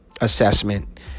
assessment